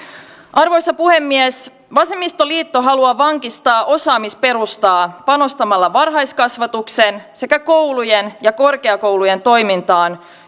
arvoisa puhemies vasemmistoliitto haluaa vankistaa osaamisperustaa panostamalla varhaiskasvatuksen sekä koulujen ja korkeakoulujen toimintaan